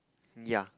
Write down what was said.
ya